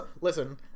listen